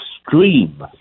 extreme